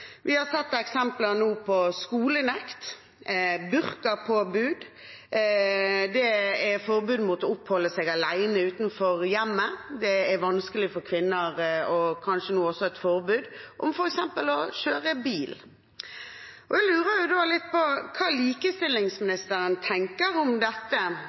Vi har nå sett eksempler på skolenekt, burkapåbud og forbud mot å oppholde seg alene utenfor hjemmet. Det er vanskelig for kvinner å kjøre bil, f.eks., og nå kanskje også et forbud mot det. Jeg lurer litt på hva likestillingsministeren tenker om dette,